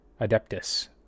Adeptus